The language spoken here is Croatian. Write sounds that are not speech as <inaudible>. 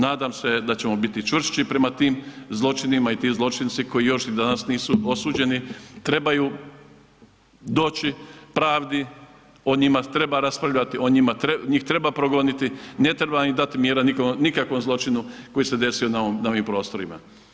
Nadam se da ćemo biti čvršću prema tim zločinima i ti zločinci koji još ni danas nisu osuđeni, trebaju doći pravdi, o njima treba raspravljati, njih treba progoniti, ne treba im dati ... <unintelligible> nikakvom zločinu koji se desio na ovim prostorima.